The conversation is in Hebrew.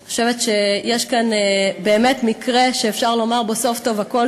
אני חושבת שיש כאן באמת מקרה שאפשר לומר בו "סוף טוב הכול